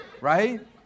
right